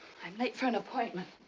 i'm late for an appointment.